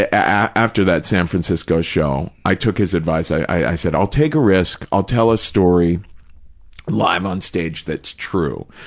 ah after that san francisco show, i took his advice. i said, i'll take a risk. i'll tell a story live on stage that's true.